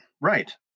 right